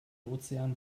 ozean